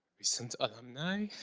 recent alumni,